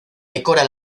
decora